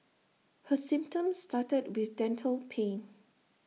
her symptoms started with dental pain